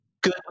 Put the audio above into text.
good